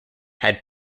had